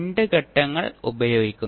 രണ്ട് ഘട്ടങ്ങൾ ഉപയോഗിക്കുന്നു